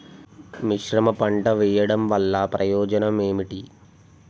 మిశ్రమ పంట వెయ్యడం వల్ల ప్రయోజనం ఏమిటి?